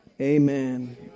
Amen